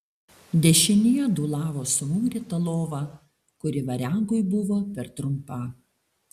dešinėje dūlavo sumūryta lova kuri variagui buvo per trumpa